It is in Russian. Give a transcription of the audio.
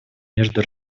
между